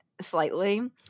slightly